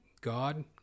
God